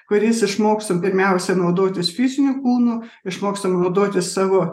kuris išmoksta pirmiausia naudotis fiziniu kūnu išmokstam naudotis savo